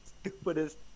stupidest